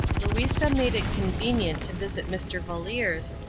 louisa made it convenient to visit mr. valeer's,